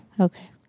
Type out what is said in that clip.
Okay